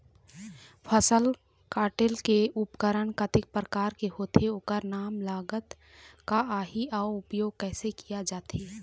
फसल कटेल के उपकरण कतेक प्रकार के होथे ओकर नाम लागत का आही अउ उपयोग कैसे किया जाथे?